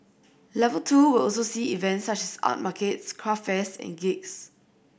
level two will also see events such as art markets craft fairs and gigs